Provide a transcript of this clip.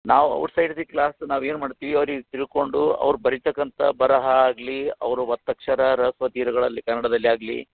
ನಾವು outside the class ನಾವು ಏನು ಮಾಡ್ತೀವಿ ಅವ್ರಿಗೆ ತಿಳ್ಕೊಂಡು ಅವ್ರು ಬರೀತಕ್ಕಂಥ ಬರಹ ಆಗಲೀ ಅವ್ರ ಒತ್ತಕ್ಷರ ಹ್ರಸ್ವ ದೀರ್ಘಗಳಲ್ಲಿ ಕನ್ನಡದಲ್ಲಿ ಆಗಲೀ